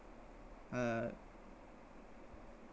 uh